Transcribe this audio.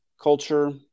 culture